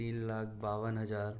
तीन लाख बावन हज़ार